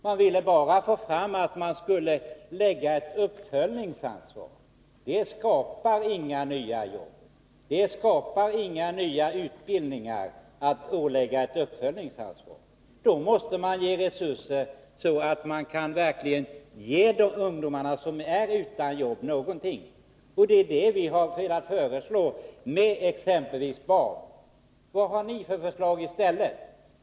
Man ville bara få fram att det skulle finnas ett uppföljningsansvar. Men det skapar inga nya jobb och inga nya utbildningar. Man måste ge resurser, så att de ungdomar som är utan jobb verkligen kan få någonting. Det är det vi har velat föreslå. Vad har ni för förslag i stället?